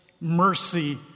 mercy